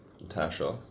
Natasha